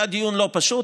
היה דיון לא פשוט,